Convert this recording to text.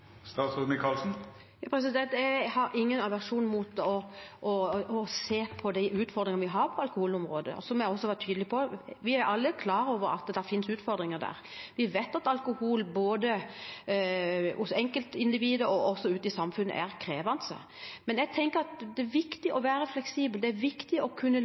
Jeg har ingen aversjon mot å se på de utfordringene vi har på alkoholområdet. Og som jeg også var tydelig på, er vi alle klar over at det finnes utfordringer der. Vi vet at alkoholområdet er krevende – for både enkeltindividet og samfunnet. Men jeg tenker at det er viktig å være fleksibel. Det er viktig å kunne